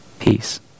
Peace